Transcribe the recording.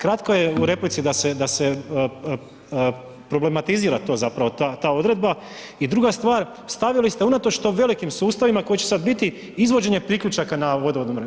Kratko je u replici da se problematizira to, zapravo ta odredba i druga stvar, stavili ste unatoč što velikim sustavima koji će sad biti izvođenje priključaka na vodovodnu mrežu.